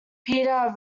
peter